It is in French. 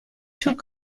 tout